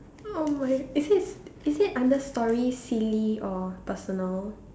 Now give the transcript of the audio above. oh my is it is it under story silly or personal